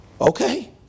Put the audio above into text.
Okay